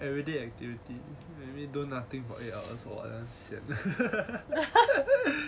everyday you you do nothing for eight hours !wah! sian